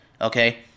Okay